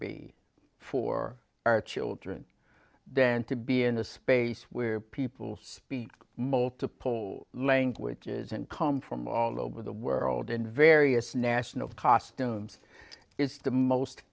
be for our children than to be in a space where people speak multiple languages and come from all over the world in various national costume is the most